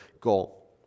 goal